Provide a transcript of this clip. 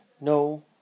No